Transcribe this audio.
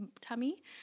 tummy